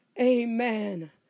Amen